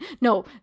no